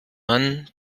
mann